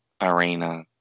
arena